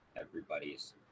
Everybody's